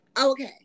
okay